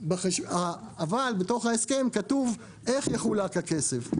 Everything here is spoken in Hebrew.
אבל בתוך ההסכם כתוב איך יחולק הכסף,